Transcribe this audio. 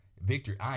victory